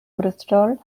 bristol